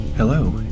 Hello